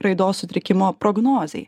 raidos sutrikimo prognozei